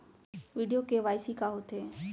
video KYC का होथे